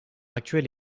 actuel